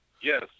yes